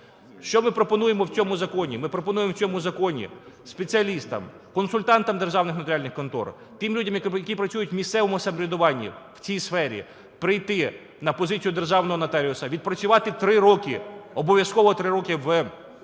Що ми пропонуємо в цьому законі? Ми пропонуємо в цьому законі спеціалістам, консультантам в державних нотаріальних конторах, тим людям, які працюють в місцевому самоврядуванні в цій сфері, прийти на позицію державного нотаріуса, відпрацювати 3 роки, обов’язково 3 роки в сільській місцевості,